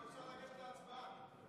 אפשר לגשת להצבעה.